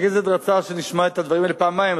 יושב-ראש הכנסת רצה שנשמע את הדברים האלה פעמיים,